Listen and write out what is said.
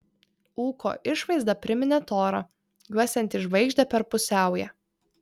ūko išvaizda priminė torą juosiantį žvaigždę per pusiaują